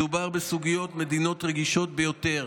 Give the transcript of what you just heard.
מדובר בסוגיות מדיניות רגישות ביותר.